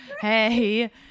hey